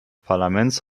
parlaments